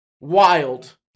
wild